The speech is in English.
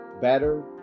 better